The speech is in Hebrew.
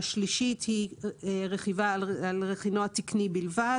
התקנה השלישית היא רכיבה על רכינוע בלבד.